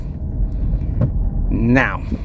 now